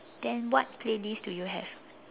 then what playlist do you have